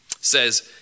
says